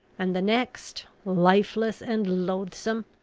and the next, lifeless and loathsome,